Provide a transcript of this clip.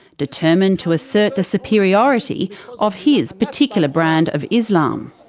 determined to assert the superiority of his particular brand of islam.